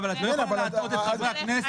את לא יכולה להטעות את חברי הכנסת.